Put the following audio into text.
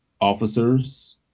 officers